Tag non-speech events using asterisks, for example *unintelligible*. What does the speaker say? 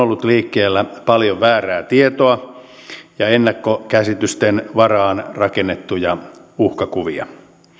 *unintelligible* ollut liikkeellä paljon väärää tietoa ja ennakkokäsitysten varaan rakennettuja uhkakuvia